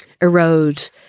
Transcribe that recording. erode